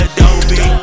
Adobe